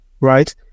right